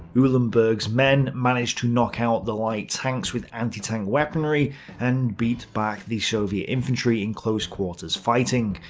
eulenburg's men managed to knock out the light tanks with anti-tank weaponry and beat back the soviet infantry in close-quarters fighting.